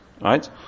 right